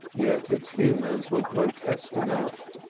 yet its humors were grotesque enough.